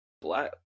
black